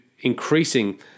increasing